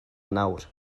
nawr